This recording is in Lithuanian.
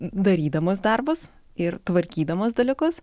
darydamas darbus ir tvarkydamas dalykus